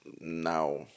now